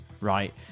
right